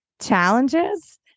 challenges